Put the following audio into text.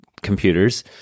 computers